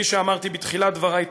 כפי שאמרתי בתחילת דברי,